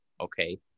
okay